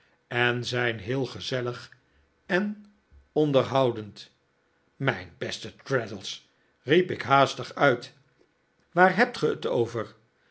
en zijn heel gezellig en onderhoudend mijn beste traddles riep ik haastig uit waar hebt ge het pver